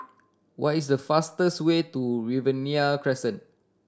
what is the fastest way to Riverina Crescent